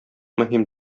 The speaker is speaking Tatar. мөһим